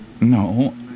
no